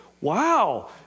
Wow